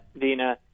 Dina